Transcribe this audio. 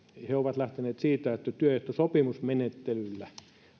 he ovat lähteneet siitä että työehtosopimusmenettelyllä